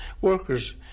workers